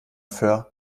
föhr